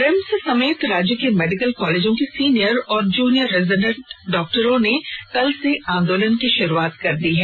RIMS समेत राज्य के मेडिकल कालेजों के सीनियर और जूनियर रेजिडेंट डाक्टरों ने कल से आंदोलन की शुरुआत कर दी है